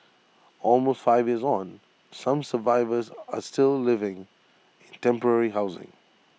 almost five years on some survivors are still living in temporary housing